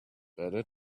better